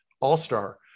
all-star